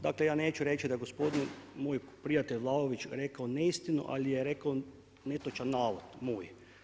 Dakle, ja neću reći da je moj prijatelj Vlaović rekao neistinu, ali je rekao netočan navod moj.